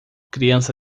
criança